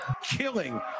killing